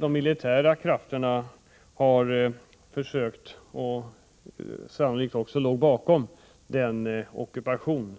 De militära krafterna låg sannolikt bakom ockupationen